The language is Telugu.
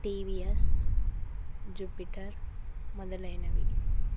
టీవియస్ జూపిటర్ మొదలైనవి